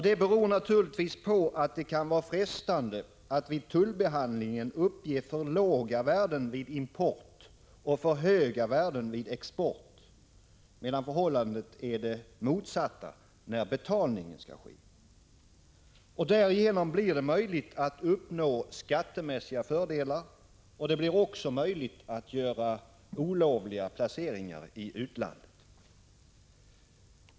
Detta beror naturligtvis på att det kan vara frestande att vid tullbehandlingen uppge för låga värden vid import och för höga värden vid export, medan förhållandet är det motsatta när betalning skall ske. Därigenom blir det möjligt att uppnå skattemässiga fördelar och göra olovliga placeringar i utlandet.